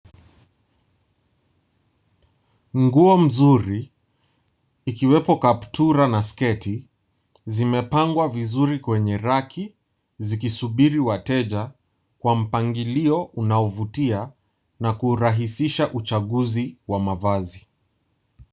Nguo mzuri ikiwepo kaptura na sketi, zimepangwa vizuri kwenye raki, zikisubiri wateja kwa mpangilio unaovutia, na kurahisisha uchaguzi wa mavazi.